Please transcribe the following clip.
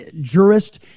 jurist